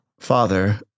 father